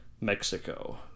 Mexico